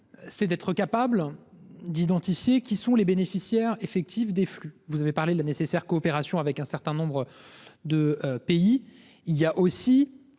est d'être capable d'identifier les bénéficiaires effectifs des flux. Vous avez parlé de la nécessaire coopération avec un certain nombre de pays ; nous